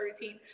routine